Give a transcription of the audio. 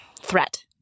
threat